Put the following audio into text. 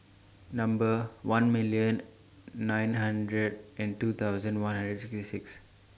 Number one million nine hundred and two thousand one hundred and sixty six